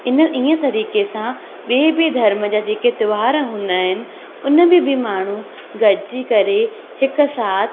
इन इअं तरीक़े सां ॿिए बि धर्म जा जेके त्योहार हूंदा आहिनि उन में बि माण्हू गॾिजी करे हिकु साथ